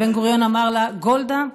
ובן-גוריון אמר לה: גולדה,